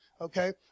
okay